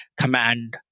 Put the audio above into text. command